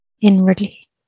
Inwardly